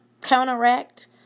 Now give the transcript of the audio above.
counteract